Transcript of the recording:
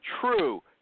true